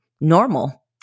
normal